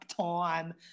time